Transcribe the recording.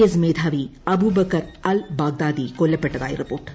S മേധാവി Abu Bakr al Baghdadi കൊല്ലപ്പെട്ടതായി report